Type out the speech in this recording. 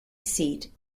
seat